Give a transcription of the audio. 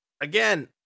again